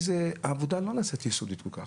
העבודה לא נעשית יסודית כל כך.